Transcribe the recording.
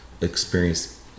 experience